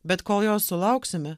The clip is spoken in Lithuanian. bet kol jos sulauksime